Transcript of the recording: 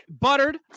buttered